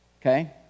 Okay